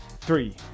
three